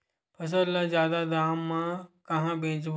फसल ल जादा दाम म कहां बेचहु?